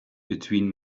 between